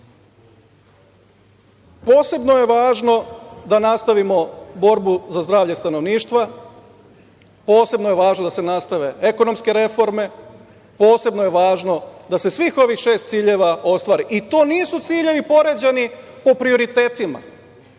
je važno da nastavimo borbu za zdravlje stanovništva. Posebno je važno da se nastave ekonomske reforme. Posebno je važno da se svih ovih šest ciljeva ostvari. Nisu to poređani ciljevi po prioritetima,